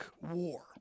war